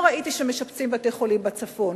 לא ראיתי שמשפצים בתי-חולים בצפון.